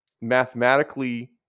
mathematically